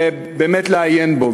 ובאמת לעיין בו.